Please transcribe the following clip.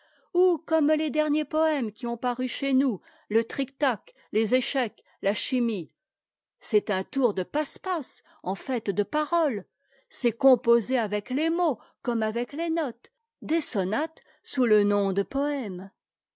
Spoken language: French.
ou comme les derniers poëmes qui ont paru chez nous le trictac les échecs ta chimie c'est un tour de passe-passe en fait de paroles c'est composer avec les mots comme avec les notes des sonates sous le nom de poëme